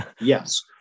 Yes